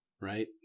right